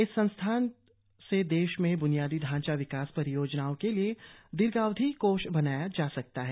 इस संस्थान से देश में ब्नियादी ढांचा विकास परियोजनाओं के लिए दीर्घावधि कोष बनाया जा सकता है